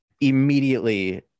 immediately